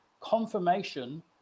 confirmation